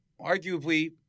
arguably